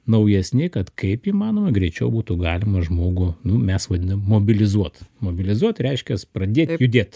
naujesni kad kaip įmanoma greičiau būtų galima žmogų nu mes vadinam mobilizuot mobilizuot tai reiškias pradėt judėt